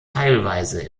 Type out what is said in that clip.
teilweise